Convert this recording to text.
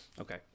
Okay